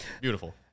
Beautiful